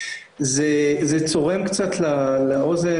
הממשלה הזאת מאמצת אותה,